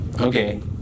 Okay